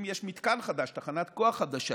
אם יש מתקן חדש, תחנת כוח חדשה,